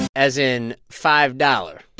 as in five-dollar